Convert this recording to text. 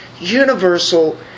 universal